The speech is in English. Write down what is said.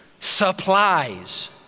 supplies